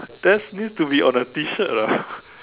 that needs to be on a T-shirt lah